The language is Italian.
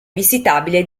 visitabile